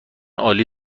عالی